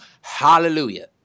Hallelujah